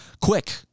quick